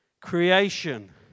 Creation